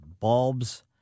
Bulbs